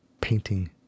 painting